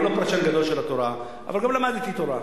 אני לא פרשן גדול של התורה, אבל גם למדתי תורה.